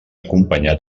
acompanyat